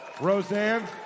Roseanne